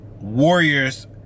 warriors